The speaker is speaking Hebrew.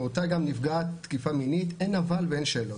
גם באותה נפגעת תקיפה מינית אין אבל ואין שאלות.